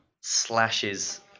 slashes